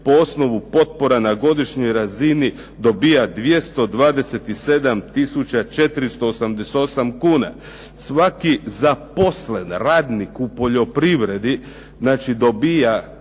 po osnovu potpora na godišnjoj razini dobija 227 tisuća 488 kuna. Svaki zaposlen radnik u poljoprivredi, znači